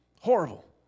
Horrible